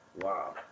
Wow